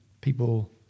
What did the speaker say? people